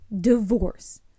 divorce